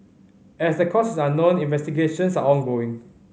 as the cause is unknown investigations are ongoing